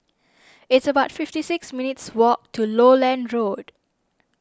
it's about fifty six minutes' walk to Lowland Road